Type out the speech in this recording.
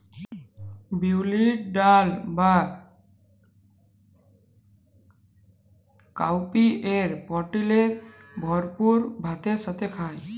বিউলির ডাল বা কাউপিএ প্রটিলের ভরপুর ভাতের সাথে খায়